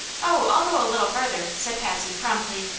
oh, i'll go a little farther, said patsy, promptly.